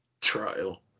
Trial